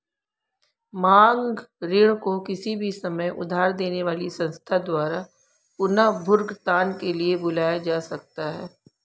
मांग ऋण को किसी भी समय उधार देने वाली संस्था द्वारा पुनर्भुगतान के लिए बुलाया जा सकता है